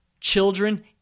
children